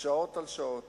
שעות על שעות.